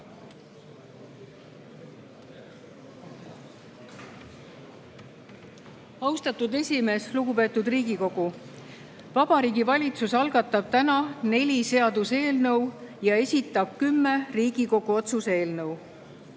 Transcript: Austatud esimees! Lugupeetud Riigikogu! Vabariigi Valitsus algatab täna neli seaduseelnõu ja esitab kümme Riigikogu otsuse